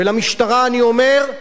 ולמשטרה אני אומר: